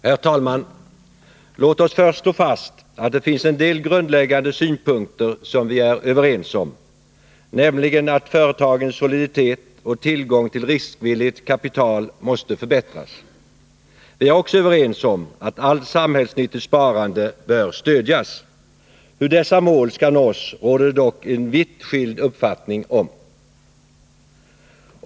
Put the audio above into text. Herr talman! Låt oss först slå fast att det finns en del grundläggande synpunkter som vi är överens om. Företagens soliditet och tillgång till riskvilligt kapital måste förbättras. Vi är också överens om att allt samhällsnyttigt sparande bör stödjas. Hur dessa mål skall nås råder det dock vitt skilda uppfattningar om.